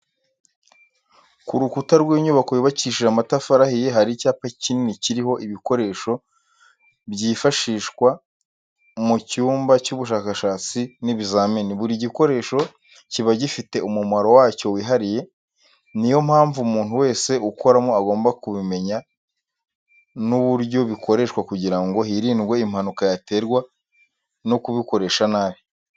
Ku rukukuta w'inyubako yubakishije amatafari ahiye hari icyapa kikini kiriho ibikoresho byifashishwa mu cyumba cy'ubushakashatsi n'ibizamini, buri gikoresho kiba gifite umumaro wacyo wihariye ni yo mpamvu umuntu wese ukoramo agomba kubimenya n'uburyo bikoreshwa kugira ngo hirindwe impanuka yaterwa no kubikoresa nabi.